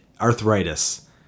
arthritis